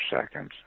seconds